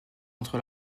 entre